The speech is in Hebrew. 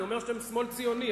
אני אומר שאתם שמאל ציוני,